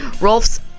Rolf's